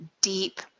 deep